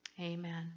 Amen